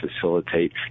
facilitate